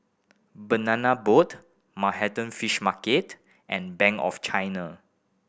Banana Boat Manhattan Fish Market and Bank of China